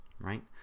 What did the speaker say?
right